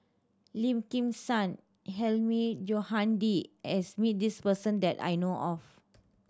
Lim Kim San Hilmi Johandi has met this person that I know of